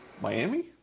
Miami